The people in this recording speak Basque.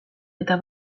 eta